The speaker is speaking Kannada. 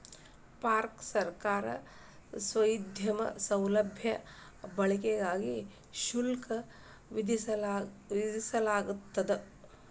ಪಾರ್ಕ್ ಸರ್ಕಾರಿ ಸ್ವಾಮ್ಯದ ಸೌಲಭ್ಯಗಳ ಬಳಕೆಗಾಗಿ ಶುಲ್ಕ ವಿಧಿಸಲಾಗ್ತದ